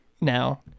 now